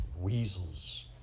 Weasels